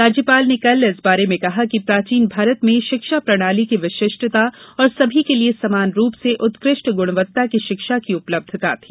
राज्यपाल ने कल इस बारे में कहा कि प्राचीन भारत में शिक्षा प्रणाली की विशिष्टता और सभी के लिए समान रूप से उत्कृष्ट गुणवत्ता की शिक्षा की उपलब्धता थी